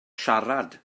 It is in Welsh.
siarad